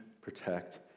protect